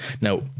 Now